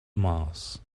mars